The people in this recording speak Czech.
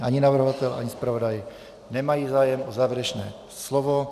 Ani navrhovatel ani zpravodaj nemá zájem o závěrečné slovo.